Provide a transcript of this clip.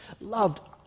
loved